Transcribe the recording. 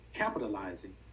capitalizing